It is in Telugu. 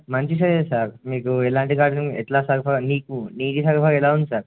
మంచి స సార్ మీకు ఎలాంటి గార్డన్ ఎట్లా సగ నీకు నీది సగఫగా ఎలా ఉంది సార్